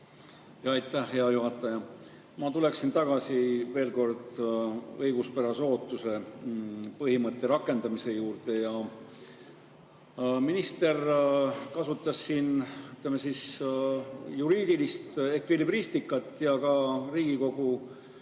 Aitäh, hea juhataja! Ma tuleksin veel kord tagasi õiguspärase ootuse põhimõtte rakendamise juurde. Minister kasutas siin, ütleme, juriidilist ekvilibristikat ja ka Riigikogu